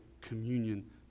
communion